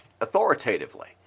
authoritatively